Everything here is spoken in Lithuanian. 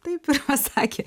taip ir pasakė